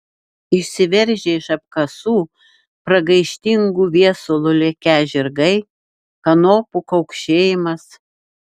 išsiveržę iš apkasų pragaištingu viesulu lekią žirgai kanopų kaukšėjimas